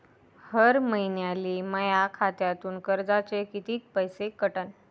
हर महिन्याले माह्या खात्यातून कर्जाचे कितीक पैसे कटन?